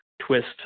twist